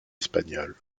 espagnols